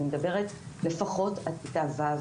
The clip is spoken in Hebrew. אני מדברת לפחות עד כיתה ו',